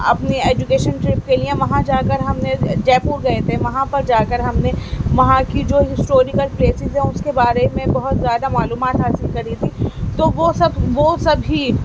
اپنی education trip کے لئے وہاں جا کر ہم نے جے پور گئے تھے وہاں پر جا کر ہم نے وہاں کی جو ہسٹوریکل پلیسیز ہیں اس کے بارے میں بہت زیادہ معلومات حاصل کری تھی تو وہ سب وہ سبھی